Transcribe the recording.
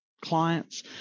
clients